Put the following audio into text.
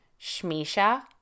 Shmisha